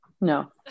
no